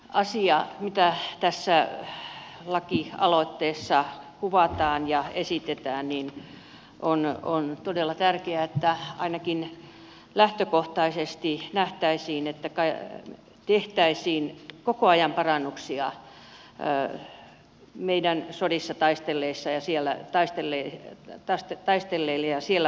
asia mitä tässä lakialoitteessa kuvataan ja esitetään on todella tärkeä se että ainakin lähtökohtaisesti nähtäisiin että tehtäisiin koko ajan parannuksia meidän sodissa taistelleille ja siellä vammautuneille